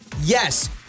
Yes